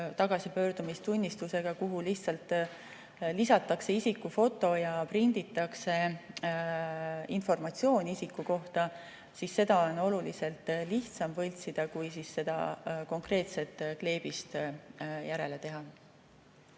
tagasipöördumistunnistusega, kuhu lihtsalt lisatakse isiku foto ja prinditakse informatsioon isiku kohta, siis on selge, et seda on oluliselt lihtsam võltsida, kui konkreetset kleebist järele teha.